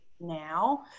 now